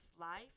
life